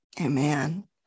Amen